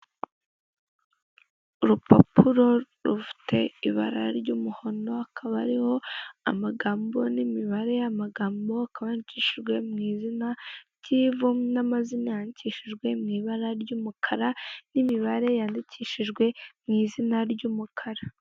Urupapuro rufite ibara ry'umuhondo, hakaba hariho amagambo n'imibare, amagambo akaba yandikishijwe mu izina ry'ivu, n'amazina yandikishijwe mu ibara ry'umukara, n'imibare yandijishijwe mu izina ry'umukara.